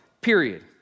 period